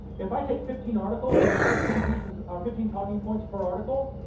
if i take fifteen articles and there's fifteen pieces or fifteen talking points per article,